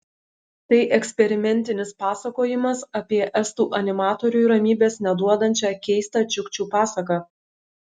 tai eksperimentinis pasakojimas apie estų animatoriui ramybės neduodančią keistą čiukčių pasaką